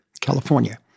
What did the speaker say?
California